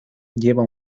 lleva